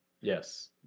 Yes